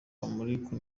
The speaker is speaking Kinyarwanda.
kamarampaka